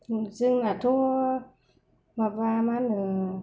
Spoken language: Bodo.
जोंनाथ' माबा मा होनो